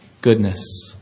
goodness